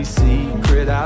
secret